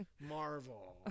Marvel